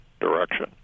direction